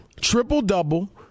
Triple-double